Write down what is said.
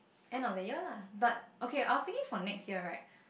end of the year lah but okay I was thinking for next year right